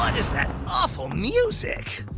is that awful music?